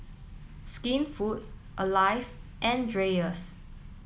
Skinfood Alive and Dreyers